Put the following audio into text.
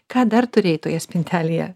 ką dar turėjai toje spintelėje